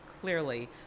clearly